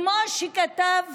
כמו שכתב